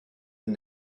and